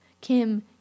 Kim